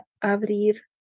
abrir